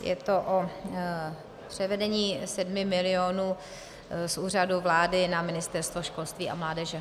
Je to o převedení 7 milionů z Úřadu vlády na Ministerstvo školství a mládeže.